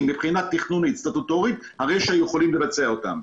מבחינת תכנון סטטוטורי הרי שהיו יכולים לבצע אותם.